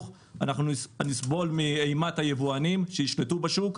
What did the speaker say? אנחנו נסבול מאימת היבואנים שישלטו בשוק,